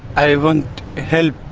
i want help,